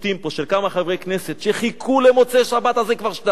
של כמה חברי כנסת שחיכו למוצאי-שבת הזה כבר שנתיים,